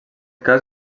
cas